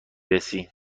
رسی